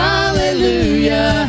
Hallelujah